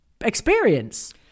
experience